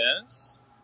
yes